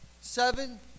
Seven